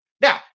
Now